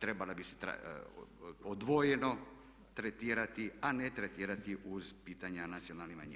trebala bi se odvojeno tretirati a ne tretirati uz pitanja nacionalnih manjina.